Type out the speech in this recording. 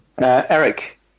Eric